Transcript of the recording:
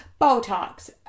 Botox